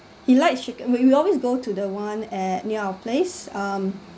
he likes chicken we we would always go to the one at near our place um